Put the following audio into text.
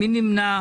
מי נמנע?